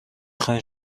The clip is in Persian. خاین